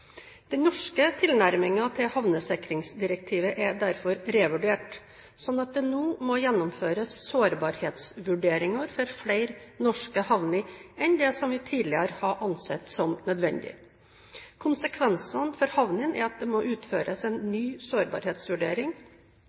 Den norske tilnærmingen til havnesikringsdirektivet er derfor revurdert, slik at det nå må gjennomføres sårbarhetsvurderinger for flere norske havner enn det som vi tidligere har ansett som nødvendig. Konsekvensene for havnene er at det må utføres en ny sårbarhetsvurdering,